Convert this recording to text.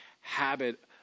habit